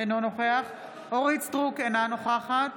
אינה נוכחת אורית מלכה סטרוק, אינה נוכחת